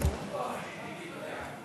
40